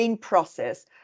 process